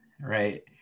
Right